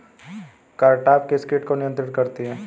Cartap किस किट को नियंत्रित करती है?